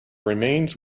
remains